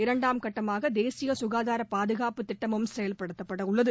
இரண்டாம் கட்டமாக தேசிய ககாதார பாதுகாப்புத் திட்டமும் செயல்படுத்தப்படவுள்ளது